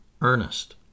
Ernest